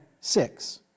six